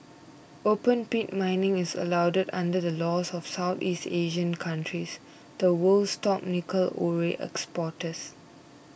open pit mining is allowed under the laws of the Southeast Asian countries the world's top nickel ore exporters